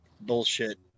bullshit